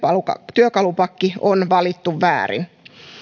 työkalupakki on valittu väärin